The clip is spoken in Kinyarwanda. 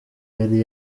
yari